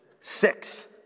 Six